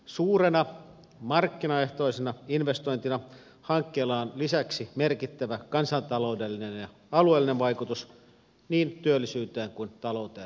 suurena markkinaehtoisena investointina hankkeella on lisäksi merkittävä kansantaloudellinen ja alueellinen vaikutus niin työllisyyteen kuin talouteen laajemminkin